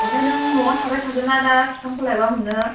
ओमफ्राय नों न'आवनो थाबाय थागोन ना दा बिफांखौ लायबा मोनो